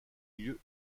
milieux